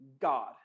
God